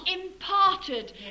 imparted